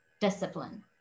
discipline